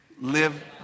Live